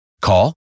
Call